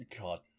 God